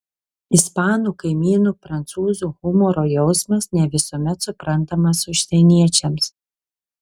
ispanų kaimynų prancūzų humoro jausmas ne visuomet suprantamas užsieniečiams